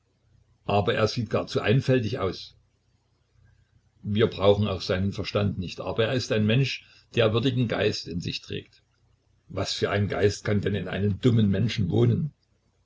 aber er sieht gar zu einfältig aus wir brauchen auch seinen verstand nicht aber er ist ein mensch der würdigen geist in sich trägt was für ein geist kann denn in einem dummen menschen wohnen